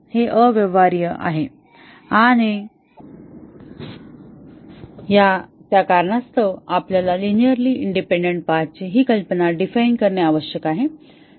हे अव्यवहार्य आहे आणि त्या कारणास्तव आपल्याला लिनिअरली इंडिपेंडन्ट पाथ ची ही कल्पना डिफाइन करणे आवश्यक आहे